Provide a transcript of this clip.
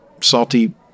salty